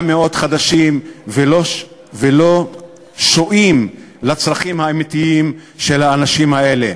חדשים ולא שועים לצרכים האמיתיים של האנשים האלה.